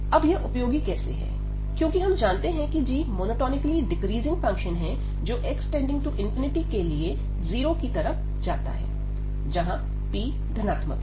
अब यह उपयोगी कैसे है क्योंकि हम जानते हैं कि g मोनोटोनिकली डिक्रीजिंग फंक्शन है जो x→∞के लिए 0 की तरफ जाता है जहां p धनात्मक है